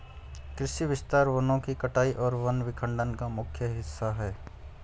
कृषि विस्तार वनों की कटाई और वन विखंडन का मुख्य हिस्सा है